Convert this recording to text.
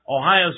Ohio